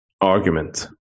argument